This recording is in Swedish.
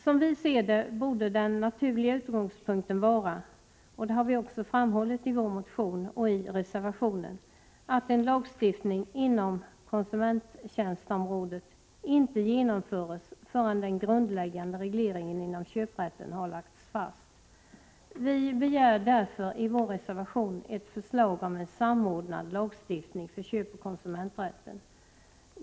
Som vi ser det borde den naturliga utgångspunkten vara — det har vi också framhållit i vår motion och i reservationen — att en lagstiftning inom konsumenttjänstområdet inte genomförs förrän den grundläggande regleringen inom köprätten lagts fast. Vi begär därför i vår reservation ett förslag om en samordnad lagstiftning för köpoch konsumenträtten.